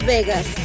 Vegas